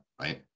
right